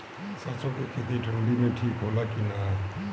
सरसो के खेती ठंडी में ठिक होला कि ना?